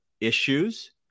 issues